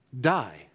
die